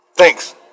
Thanks